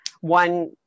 one